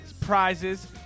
prizes